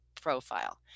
profile